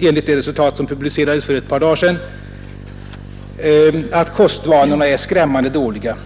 enligt de resultat som publicerades för ett par dagar sedan, att kostvanorna är skrämmande dåliga.